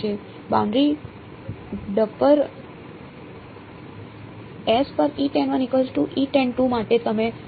boundary S પર માટે તમે શું કહી શકો